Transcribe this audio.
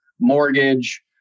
mortgage